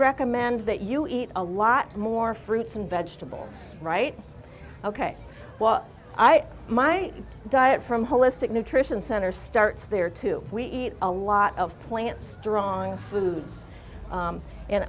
recommend that you eat a lot more fruits and vegetables right ok well i my diet from holistic nutrition center starts there too we eat a lot of plant strong food